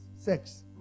sex